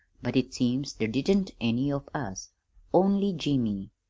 but it seems there didn't any of us only jimmy,